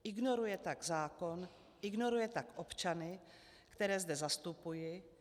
Ignoruje tak zákon, ignoruje tak občany, které zde zastupuji.